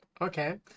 Okay